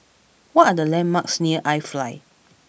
what are the landmarks near iFly